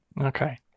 Okay